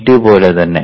V2 പോലെ തന്നെ